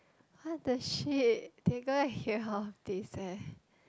what the shit they gonna hear all this eh